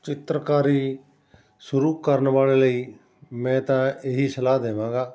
ਚਿੱਤਰਕਾਰੀ ਸ਼ੁਰੂ ਕਰਨ ਵਾਲਿਆਂ ਲਈ ਮੈਂ ਤਾਂ ਇਹੀ ਸਲਾਹ ਦੇਵਾਂਗਾ